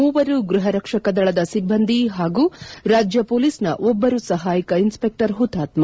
ಮೂವರು ಗೃಹ ರಕ್ಷಕ ದಳದ ಸಿಬ್ಬಂದಿ ಹಾಗೂ ರಾಜ್ಯ ಪೊಲೀಸ್ನ ಒಬ್ಬರು ಸಹಾಯಕ ಇನ್ಸ್ಪೆಕ್ಟರ್ ಹುತಾತ್ವ